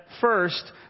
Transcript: first